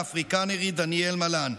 האפריקנרי דניאל מאלאן.